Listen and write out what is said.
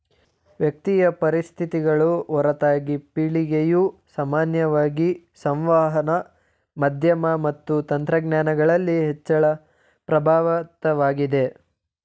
ವ್ಯಕ್ತಿಯ ಪರಿಸ್ಥಿತಿಗಳು ಹೊರತಾಗಿ ಪೀಳಿಗೆಯು ಸಾಮಾನ್ಯವಾಗಿ ಸಂವಹನ ಮಾಧ್ಯಮ ಮತ್ತು ತಂತ್ರಜ್ಞಾನಗಳಲ್ಲಿ ಹೆಚ್ಚಳ ಪ್ರಭಾವಿತವಾಗಿದೆ